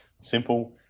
simple